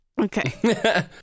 Okay